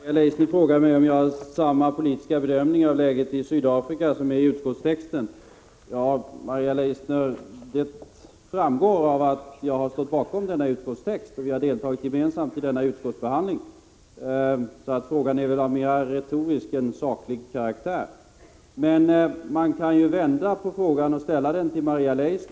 Fru talman! Maria Leissner frågar om jag gör samma politiska bedömning av läget i Sydafrika som den som återfinns i utskottets skrivning. Ja, Maria Leissner, det gör jag, och det framgår av att jag har stått bakom denna utskottets text. Vi har deltagit gemensamt i utskottsbehandlingen. Så frågan är väl mera av retorisk än av saklig karaktär. Men man kan ju vända på frågan och ställa den till Maria Leissner.